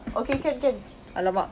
okay can can !alamak!